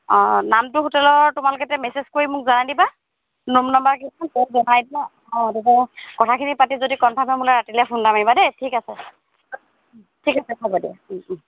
অঁ নামটো হোটেলৰ তোমালোক এতিয়া মেছেজ কৰি মোক জনাই দিবা ৰুম নাম্বাৰ কথাখিনি পাতি যদি কনফাৰ্ম হয় মোলে ৰাতিলে ফোন এটা মাৰিবা দেই ঠিক আছে ঠিক আছে হ'ব দিয়া